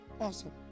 Awesome